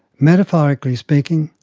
metaphorically speaking,